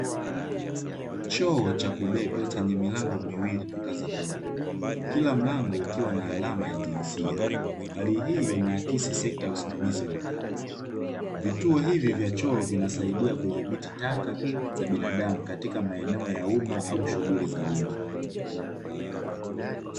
Choo cha kubeba chenye milango miwili na ngazi ndogo kila mlango ukiwa na alama ya jinsia, hali hii inaakisi sekta usimamizi wa taka. Vituo hivi vya choo vinasaidia kudhibiti taka za binadamu katika maeneo ya umma au shughuli za umma.